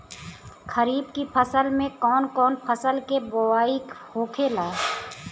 खरीफ की फसल में कौन कौन फसल के बोवाई होखेला?